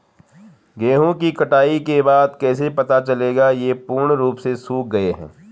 गेहूँ की कटाई के बाद कैसे पता चलेगा ये पूर्ण रूप से सूख गए हैं?